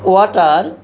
water